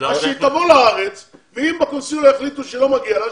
אז שהיא תבוא לארץ ואם בקונסוליה יחליטו שלא מגיע לה,